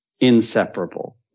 inseparable